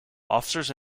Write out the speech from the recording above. officers